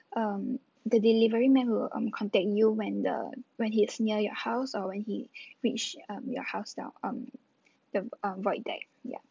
um the delivery man will um contact you when the when he is near your house or when he reach um your hostel um the um void deck ya